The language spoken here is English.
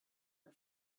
her